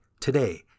today